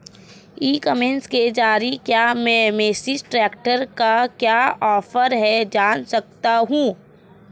ई commerce के ज़रिए क्या मैं मेसी ट्रैक्टर का क्या ऑफर है जान सकता हूँ?